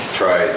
try